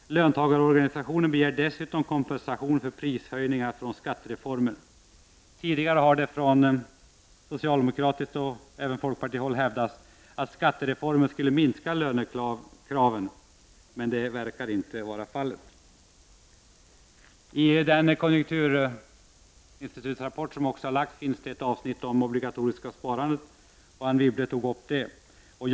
Löntagarorganisationerna begär desutom kompensation för prishöjningarna till följd av skattereformen. Tidigare har det från socialdemokratiskt håll och även från folkpartihåll hävdats att skattereformen skulle minska lönekraven, men det verkar inte vara fallet. I den rapport som Konjunkturinstitutet lagt fram finns ett avsnitt om det obligatoriska sparandet, och Anne Wibble berörde detta.